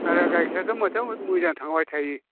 आंनिया गाइखेराथ' मोजां मोजां थांबाय थायो